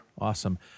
Awesome